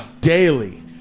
Daily